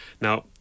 Now